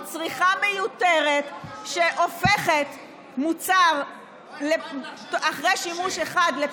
שהיא צריכה מיותרת שהופכת מוצר לפסולת אחרי שימוש אחד.